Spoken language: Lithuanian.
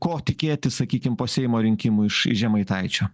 ko tikėtis sakykim po seimo rinkimų iš žemaitaičio